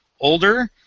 older